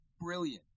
brilliant